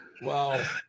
wow